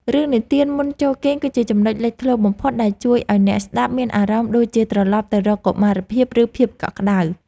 រឿងនិទានមុនចូលគេងគឺជាចំណុចលេចធ្លោបំផុតដែលជួយឱ្យអ្នកស្តាប់មានអារម្មណ៍ដូចជាត្រឡប់ទៅរកកុមារភាព ឬ ភាពកក់ក្តៅ។